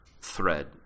thread